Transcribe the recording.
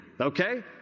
Okay